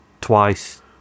twice